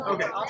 Okay